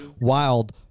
wild